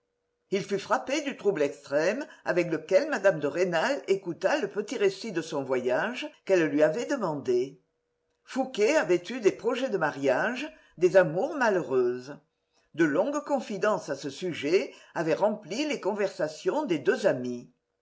il fut frappé du trouble extrême avec lequel mme de rênal écouta le petit récit de son voyage qu'elle lui avait demandé fouqué avait eu des projets de mariage des amours malheureuses de longues confidences à ce sujet avaient rempli les conversations des deux amis